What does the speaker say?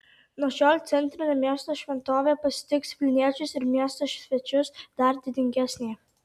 nuo šiol centrinė miesto šventovė pasitiks vilniečius ir miesto svečius dar didingesnė